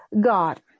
God